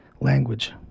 language